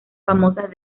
famosas